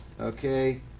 okay